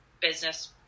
business